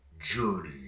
Journey